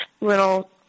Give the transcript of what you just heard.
little